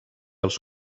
els